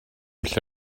lle